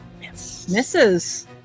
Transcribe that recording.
Misses